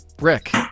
Rick